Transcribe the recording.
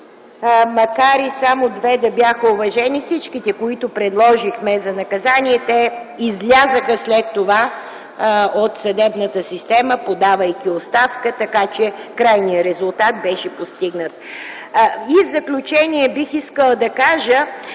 макар и само две да бяха уважени от всичките, които предложихме за наказание, те излязоха след това от съдебната система, подавайки оставка, така че крайният резултат беше постигнат. В заключение бих искала да кажа,